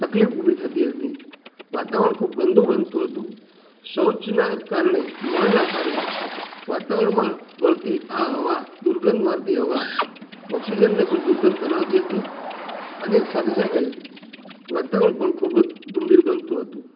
તકલીફ ઉભી થતી હતી વાતાવરણ ખૂબ ગંદુ બનતું હતું શૌચના કારણે મળના કારણે વાતાવરણમાં ભળતી આ હવા દુર્ગંધ મારતી હવા ઓક્સિજનને પણ દુર્ગંધ બનાવતી હતી અને સાથે સાથે વાતાવરણ પણ ખૂબ જ ગંભીર બનતું હતું